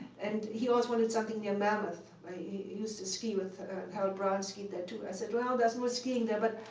and he always wanted something near mammoth where he used to ski with harold brown skied there, too. i said, well, there's more skiing there. but